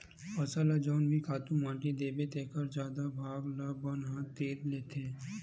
फसल ल जउन भी खातू माटी देबे तेखर जादा भाग ल बन ह तीर लेथे